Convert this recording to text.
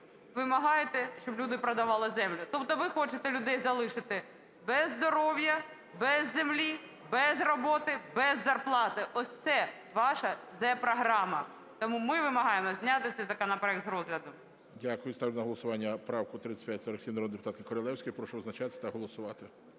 вимагаєте, щоб люди продавали землю. Тобто ви хочете людей залишити без здоров'я, без землі, без роботи, без зарплати – ось це ваша зе-програма. Тому ми вимагаємо зняти цей законопроект з розгляду. ГОЛОВУЮЧИЙ. Дякую. Ставлю на голосування правку 3547 народної депутатки Королевської. Прошу визначатися та голосувати.